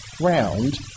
round